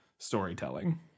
storytelling